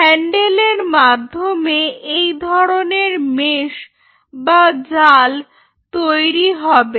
handle এর মাধ্যমে এই ধরনের মেস্ বা জাল তৈরি হবে